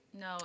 No